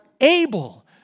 able